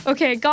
Okay